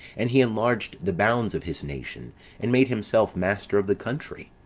and he enlarged the bounds of his nation, and made himself master of the country.